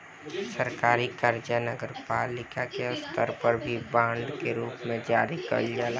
सरकारी कर्जा नगरपालिका के स्तर पर भी बांड के रूप में जारी कईल जाला